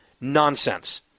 Nonsense